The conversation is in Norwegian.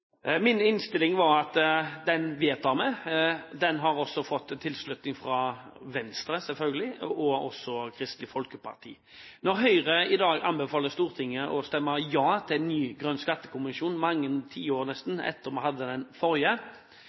Min innstilling var at dette vedtar vi. Det har fått tilslutning fra Venstre, selvfølgelig, og Kristelig Folkeparti. Når Høyre anbefaler Stortinget å si ja til ny grønn skattekommisjon, mange tiår – nesten – etter at vi hadde den forrige,